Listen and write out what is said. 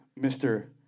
Mr